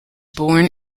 born